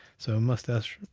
so mustache,